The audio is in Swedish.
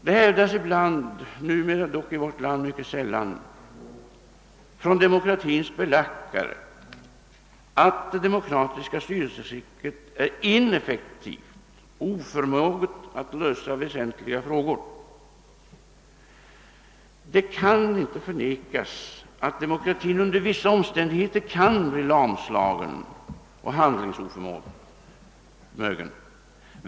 Det hävdas ibland, numera dock mycket sällan i vårt land, av demokratins belackare att det demokratiska styrelseskicket är ineffektivt och oförmöget att lösa väsentliga frågor. Det kan inte förnekas att demokratin under vissa omständigheter kan bli lamslagen och handlingsoförmögen.